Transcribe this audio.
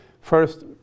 First